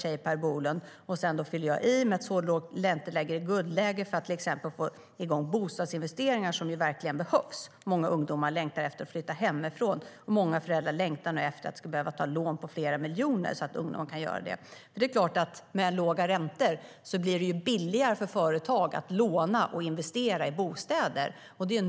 Jag tillägger då att ett så lågt ränteläge är ett guldläge för att få igång till exempel bostadsinvesteringar som ju verkligen behövs. Många ungdomar längtar efter att flytta hemifrån. Många föräldrar längtar nog efter att inte behöva ta lån på flera miljoner så att ungdomarna kan göra det. Det är klart att med låga räntor blir det billigare för företag att låna och investera i bostäder.